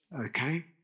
okay